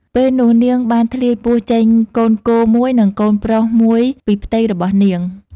ពេលនោះនាងបានធ្លាយពោះចេញកូនគោមួយនិងកូនប្រុសមួយពីផ្ទៃរបស់នាង ។